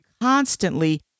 constantly